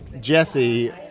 Jesse